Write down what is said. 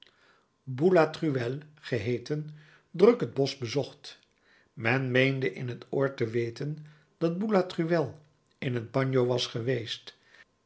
boulatruelle geheeten druk het bosch bezocht men meende in het oord te weten dat boulatruelle in het bagno was geweest